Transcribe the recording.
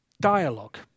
Dialogue